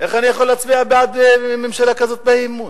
איך אני יכול להצביע בעד ממשלה כזאת באי-אמון?